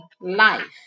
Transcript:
life